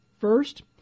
First